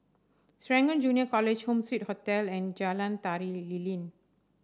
Serangoon Junior College Home Suite Hotel and Jalan Tari Lilin